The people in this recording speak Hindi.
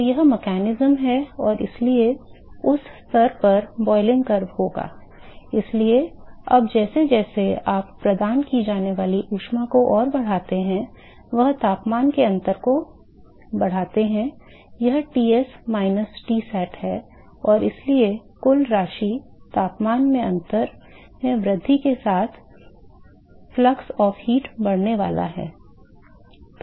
तो वह तंत्र है और इसलिए उस स्तर पर boiling curve होगा इसलिए अब जैसे जैसे आप प्रदान की जाने वाली ऊष्मा को और बढ़ाते हैं आप तापमान के अंतर को बढ़ाते हैं यह Ts माइनस Tsat है और इसलिए कुल राशि तापमान के अंतर में वृद्धि के साथ ऊष्मा का प्रवाह बढ़ने वाला है